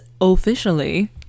officially